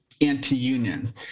anti-union